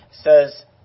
says